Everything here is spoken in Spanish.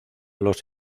los